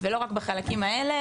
ולא רק בחלקים האלה,